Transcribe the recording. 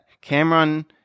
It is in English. Cameron